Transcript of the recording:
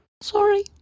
Sorry